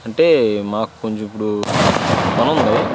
అంటే మాకు కొంచెం ఇప్పుడు పనుంది